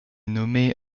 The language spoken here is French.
nommée